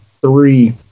three